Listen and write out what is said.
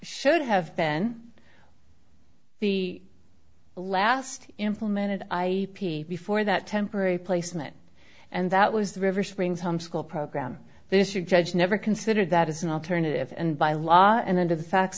should have been the last implemented i before that temporary placement and that was the river springs home school program this should judge never considered that as an alternative and by law and under the facts